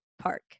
park